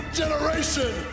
generation